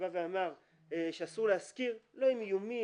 שאמר שאסור להשכיר לא עם איומים,